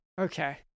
Okay